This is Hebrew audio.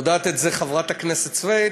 יודעת את זה חברת הכנסת סויד,